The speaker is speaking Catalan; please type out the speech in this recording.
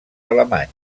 alemany